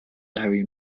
area